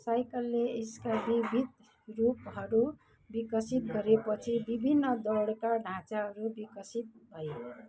साइकलले यसका विविध रूपहरू विकसित गरेपछि विभिन्न दौडका ढाँचाहरू विकसित भए